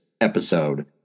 episode